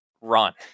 run